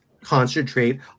concentrate